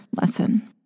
lesson